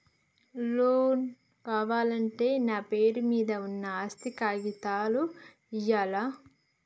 Loan కావాలంటే నా పేరు మీద ఉన్న ఆస్తి కాగితాలు ఇయ్యాలా?